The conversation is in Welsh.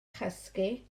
chysgu